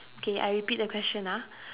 okay I repeat the question ah